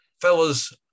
fellas